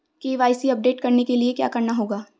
KYC update करने के लिए क्या करना होगा?